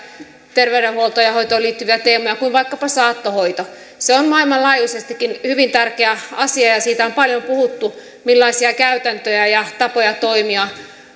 terveydenhuoltoon ja hoitoon liittyviä teemoja kuin vaikkapa saattohoito se on maailmanlaajuisestikin hyvin tärkeä asia ja siitä on paljon puhuttu millaisia käytäntöjä ja tapoja toimia